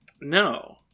No